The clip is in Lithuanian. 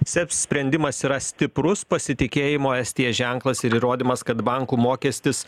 seb sprendimas yra stiprus pasitikėjimo estija ženklas ir įrodymas kad bankų mokestis